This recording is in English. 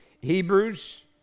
Hebrews